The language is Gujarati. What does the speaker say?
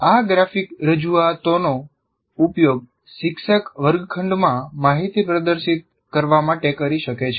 આ ગ્રાફિક રજૂઆતોનો ઉપયોગ શિક્ષકો વર્ગખંડમાં માહિતી પ્રદર્શિત કરવા માટે કરી શકે છે